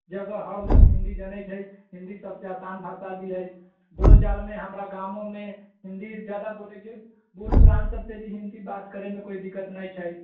जगह हर लोग हिन्दी जनै छै हिन्दी सबसे आसान भी हय बोलचाल मे हमरा गामो मे हिन्दी जादा बोलै छै बुढ पुरान सबसे भी हिन्दी बात करै मे कोइ दिक्कत नहि छै